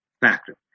Factor